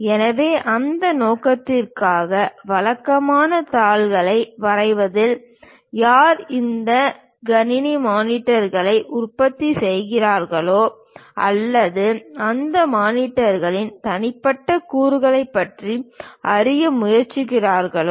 எனவே அந்த நோக்கத்திற்காக வழக்கமாக தாள்களை வரைவதில் யார் இந்த கணினி மானிட்டர்களை உற்பத்தி செய்கிறார்களோ அல்லது அந்த மானிட்டர்களின் தனிப்பட்ட கூறுகளைப் பற்றி அறிய முயற்சிக்கிறார்களோ